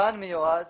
המבחן מיועד